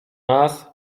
nas